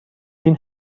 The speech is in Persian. بین